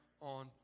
on